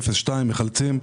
של מחלצים.